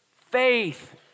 Faith